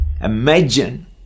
Imagine